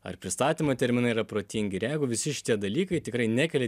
ar pristatymo terminai yra protingi ir jeigu visi šitie dalykai tikrai nekelia